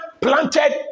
planted